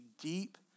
deep